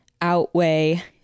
outweigh